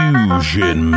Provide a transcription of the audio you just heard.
Fusion